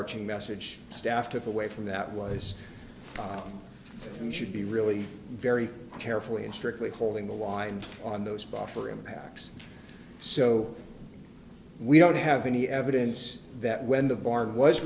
arching message staff took away from that was and should be really very carefully and strictly holding the line on those buffer impacts so we don't have any evidence that when the bar was